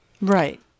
Right